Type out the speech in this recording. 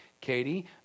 Katie